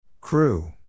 Crew